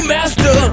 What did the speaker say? Master